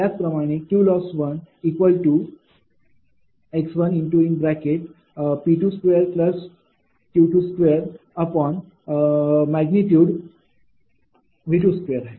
त्याच प्रमाणे Qloss x P2Q2V2 आहे